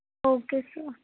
okay sir